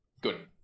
good